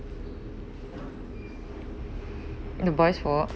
the voice for